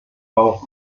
bauch